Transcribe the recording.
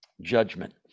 Judgment